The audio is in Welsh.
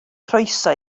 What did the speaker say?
croeso